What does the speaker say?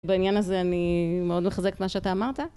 בעניין הזה אני מאוד מחזקת מה שאתה אמרת.